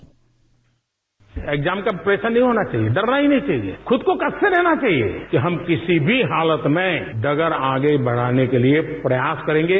bite exam का pressure नहीं होना चाहिए डरना ही नहीं चाहिए खुद को कसके रहना चाहिए कि हम किसी भी हालत में डगर आगे बढ़ाने के लिए प्रयास करेंगे